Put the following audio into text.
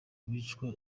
bicwa